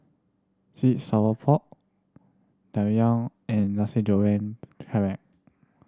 sweet sour pork Tang Yuen and Nasi Goreng Kerang